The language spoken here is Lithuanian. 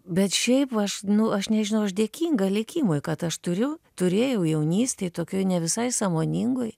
bet šiaip aš nu aš nežinau aš dėkinga likimui kad aš turiu turėjau jaunystėj tokioj ne visai sąmoningoj